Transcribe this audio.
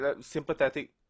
sympathetic